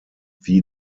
wie